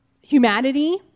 humanity